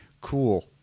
cool